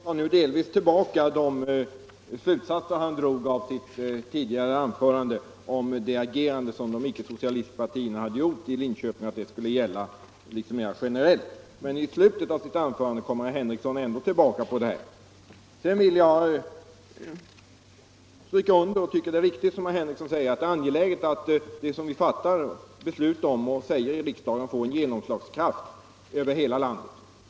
Herr talman! Herr Henrikson tar nu delvis tillbaka de slutsatser han drog i sitt tidigare anförande om de icke socialistiska partiernas agerande i Linköping — att det skulle gälla mera generellt. Men i slutet av sitt anförande kom herr Henrikson ändå tillbaka till detta. Sedan vill jag stryka under vad herr Henrikson säger, att det är angeläget att det som vi beslutar och säger i riksdagen får genomslagskraft över hela landet.